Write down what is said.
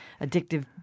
addictive